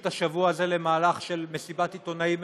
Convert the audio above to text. השבוע הזה למהלך של מסיבת עיתונאים משותפת.